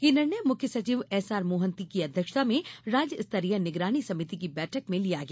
यह निर्णय मुख्य सचिव एसआर मोहंती की अध्यक्षता में राज्य स्तरीय निगरानी समिति की बैठक में लिया गया